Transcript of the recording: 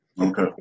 Okay